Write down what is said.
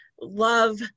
love